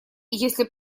если